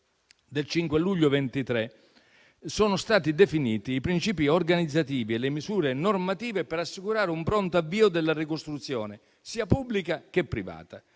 5 luglio 2023, n. 88, sono stati definiti i principi organizzativi e le misure normative per assicurare un pronto avvio della ricostruzione, sia pubblica che privata.